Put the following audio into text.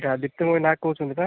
ଦିପ୍ତିମୟୀ ନାୟକ କହୁଛନ୍ତି ତ